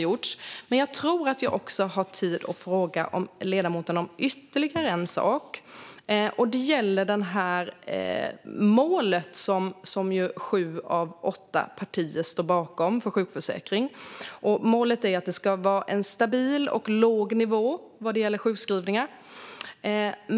Jag tror att jag har tid att fråga ledamoten om ytterligare en sak. Det gäller det mål för sjukförsäkringen som sju av åtta partier står bakom. Målet är en stabil och låg nivå vad gäller sjukskrivningar.